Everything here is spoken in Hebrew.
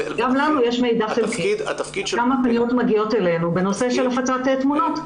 גם לנו יש מידע חלקי על כמה פניות מגיעות אלינו נושא של הפצת תמונות.